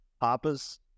Papa's